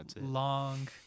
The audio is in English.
long